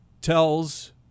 tells